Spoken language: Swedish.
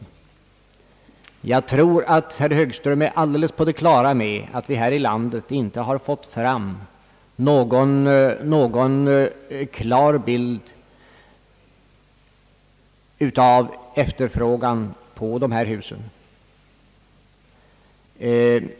Herr Högström är — förefaller det mig — helt på det klara med att vi här i landet inte fått fram någon klar bild av efterfrågan på dessa hus.